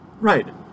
Right